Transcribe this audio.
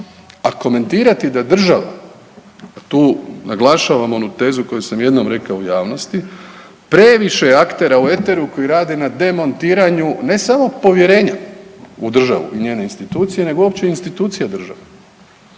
a komentirati da država, tu naglašavam onu tezu koju sam jednom rekao u javnosti, previše je aktera u eteru koji rade na demontiranju ne samo povjerenja u državu i njene institucije nego uopće institucija države.